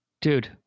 Dude